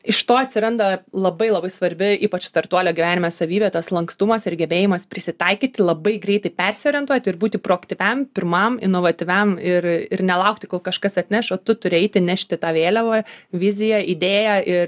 iš to atsiranda labai labai svarbi ypač startuolio gyvenime savybė tas lankstumas ir gebėjimas prisitaikyti labai greitai persiorientuoti ir būti proaktyviam pirmam inovatyviam ir ir nelaukti kol kažkas atneš o tu turi eiti nešti tą vėliavą viziją idėją ir